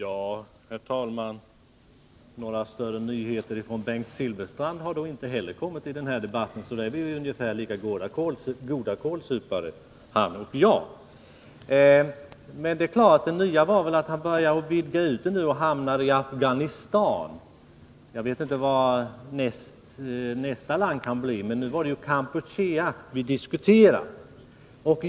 Herr talman! Det har inte heller från Bengt Silfverstrand kommit några större nyheter under den här debatten. Han och jag är alltså ungefär lika goda kålsupare. Bengt Silfverstrand vidgar dock nu ramen för debatten och hamnari Afghanistan. Jag vet inte vilket land som därefter står i tur, men det var Kampuchea som vi skulle diskutera.